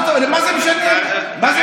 מה זה משנה משטר נשיאותי?